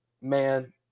man